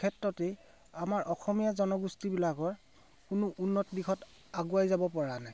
ক্ষেত্ৰতেই আমাৰ অসমীয়া জনগোষ্ঠীবিলাকৰ কোনো উন্নত দিশত আগুৱাই যাব পৰা নাই